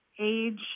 age